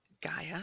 Gaia